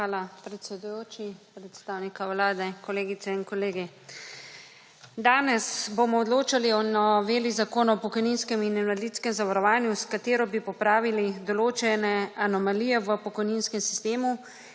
Hvala, predsedujoči. Predstavnika Vlade, kolegice in kolegi. Danes bomo odločali o Noveli Zakona o pokojninskem in invalidskem zavarovanju, s katero bi popravili določene anomalije v pokojninskem sistemu